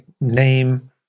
name